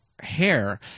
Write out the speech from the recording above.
hair